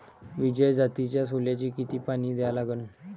विजय जातीच्या सोल्याले किती पानी द्या लागन?